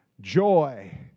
joy